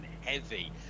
heavy